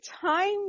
time